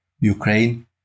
Ukraine